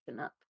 up